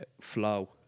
flow